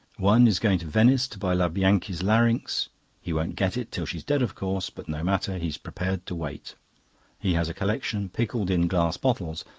one is going to venice to buy la bianchi's larynx he won't get it till she's dead, of course, but no matter he's prepared to wait he has a collection, pickled in glass bottles,